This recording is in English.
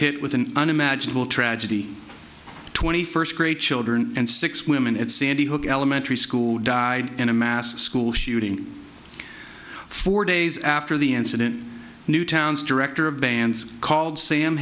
hit with an unimaginable tragedy twenty first grade children and six women at sandy hook elementary school died in a mass school shooting four days after the incident new towns director of bands called sa